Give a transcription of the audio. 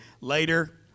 Later